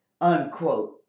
unquote